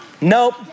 nope